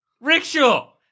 Rickshaw